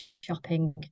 shopping